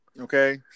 okay